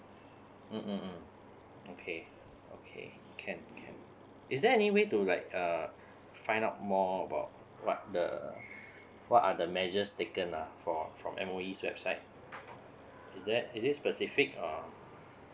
mm mm mm okay okay can can is there any way to like uh find out more about what the what are the measures taken uh for from M_O_E website is that is it specific or